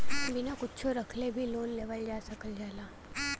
बिना कुच्छो रखले भी लोन लेवल जा सकल जाला